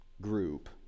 group